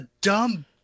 dumb